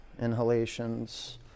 inhalations